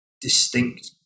distinct